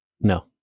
No